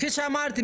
כפי שאמרתי,